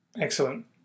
Excellent